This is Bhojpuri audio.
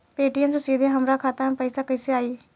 पेटीएम से सीधे हमरा खाता मे पईसा कइसे आई?